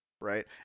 right